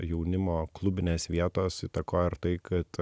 jaunimo klubinės vietos įtakojo ir tai kad